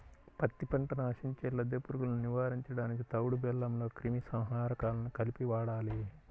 పత్తి పంటను ఆశించే లద్దె పురుగులను నివారించడానికి తవుడు బెల్లంలో క్రిమి సంహారకాలను కలిపి వాడాలి